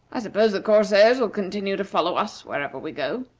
i suppose the corsairs will continue to follow us wherever we go.